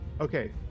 Okay